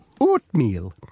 oatmeal